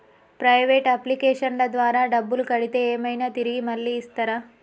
Private అప్లికేషన్ల ద్వారా డబ్బులు కడితే ఏమైనా తిరిగి మళ్ళీ ఇస్తరా?